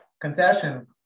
concession